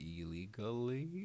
illegally